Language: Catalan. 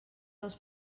dels